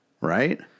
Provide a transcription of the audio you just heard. right